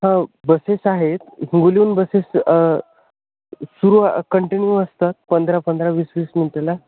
हा बसेस आहेत हुबलीहून बसेस सुरू कंटिन्यू असतात पंधरा पंधरा वीस वीस मिनिटाला